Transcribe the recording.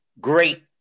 great